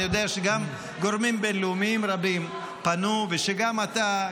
אני יודע שגם גורמים בין-לאומיים רבים פנו ושגם אתה,